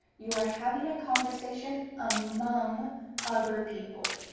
you are having a conversation among other people.